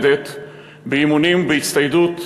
בתקציב שישמר את כשירותם המתמדת באימונים ובהצטיידות,